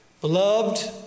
Beloved